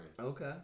Okay